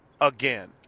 again